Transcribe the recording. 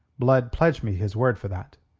blood pledged me his word for that.